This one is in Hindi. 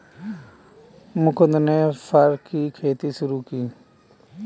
मुकुन्द ने फर की खेती शुरू की